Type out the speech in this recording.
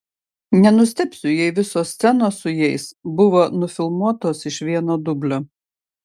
nenustebsiu jei visos scenos su jais buvo nufilmuotos iš vieno dublio